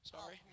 Sorry